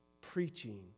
preaching